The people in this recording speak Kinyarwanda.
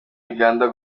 uganda